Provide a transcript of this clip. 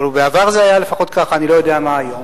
או בעבר זה היה, לפחות, כך, אני לא יודע מה היום.